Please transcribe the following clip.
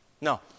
No